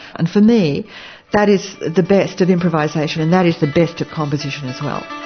and for me that is the best of improvisation and that is the best of composition as well.